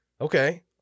okay